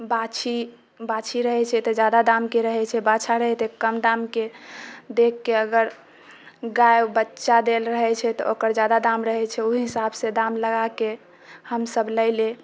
बाछी बाछी रहै छै तऽ जादा दामके रहै छै बाछा रहै कम दामके देखके अगर गाय बच्चा देले रहै छै ओकर जादा दाम रहै छै ओ हिसाबसँ दाम लगाके हमसब लै लेब